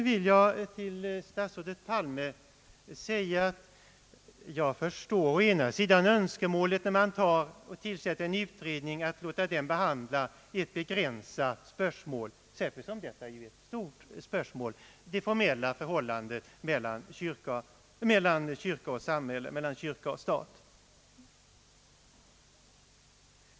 Till statsrådet Palme vill jag säga att jag å ena sidan förstår önskemålet när man tillsätter en utredning att denna skall behandla ett begränsat spörsmål — särskilt som detta ju är ett stort spörsmål, nämligen det formella förhållandet kyrka—stat.